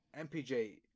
MPJ